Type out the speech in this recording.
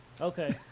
Okay